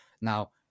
now